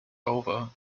over